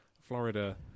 Florida